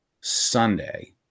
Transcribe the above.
sunday